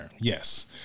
Yes